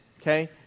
okay